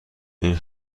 این